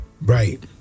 Right